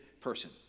person